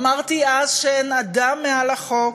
אמרתי אז שאין אדם מעל החוק,